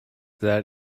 that